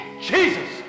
jesus